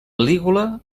lígula